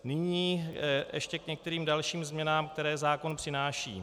Nyní ještě k některým dalším změnám, které zákon přináší.